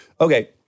Okay